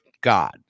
God